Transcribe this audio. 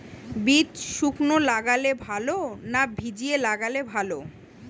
বীজ শুকনো লাগালে ভালো না ভিজিয়ে লাগালে ভালো?